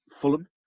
Fulham